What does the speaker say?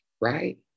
Right